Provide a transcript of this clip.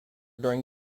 during